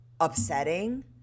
upsetting